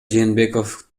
жээнбеков